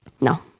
No